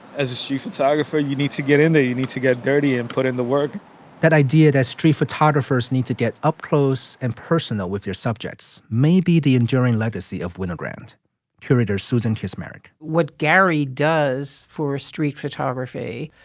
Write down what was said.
as a shoe photographer. you need to get in there. you need to get dirty and put in the work that idea that street photographers need to get up close and personal with your subjects may be the enduring legacy of winogrand curator suzanne his marriage, what gary does for street photography.